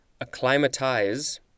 acclimatize